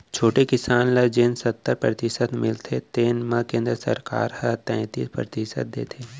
छोटे किसान ल जेन सत्तर परतिसत मिलथे तेन म केंद्र सरकार ह तैतीस परतिसत देथे